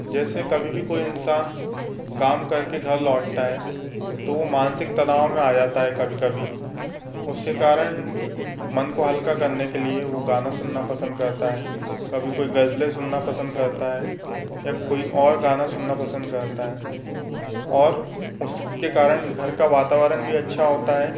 जैसे कभी भी कोई इंसान काम करके घर लौटता है तो वो मानसिक तनाव में आ जाता है कभी कभी उसके कारण मन को हल्का करने के लिए वो गाना सुनना पसंद करता है कभी कोई गज़लें सुनना पसंद करता है या कोई और गाना सुनना पसंद करता है और उसके कारण घर का वातावरण भी अच्छा होता है